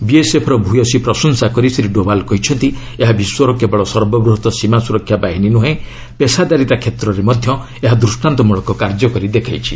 ବିଏସ୍ଏଫ୍ର ଭୂୟସୀ ପ୍ରଶଂସା କରି ଶ୍ରୀ ଡେବାଲ୍ କହିଛନ୍ତି ଏହା ବିଶ୍ୱର କେବଳ ସର୍ବବୃହତ୍ ସୀମା ସୁରକ୍ଷା ବାହିନୀ ନୁହେଁ ପେସାଦାରିତା କ୍ଷେତ୍ରରେ ମଧ୍ୟ ଏହା ଦୃଷ୍ଟାନ୍ତମଳକ କାର୍ଯ୍ୟ କରିଛି